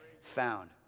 found